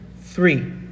three